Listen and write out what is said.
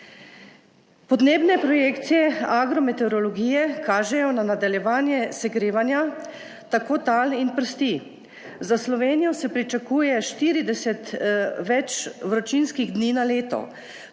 Podnebne projekcije agrometeorologije kažejo na nadaljevanje segrevanja tako tal in prsti. Za Slovenijo se pričakuje 40 več vročinskih dni na leto,